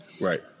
Right